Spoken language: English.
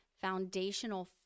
foundational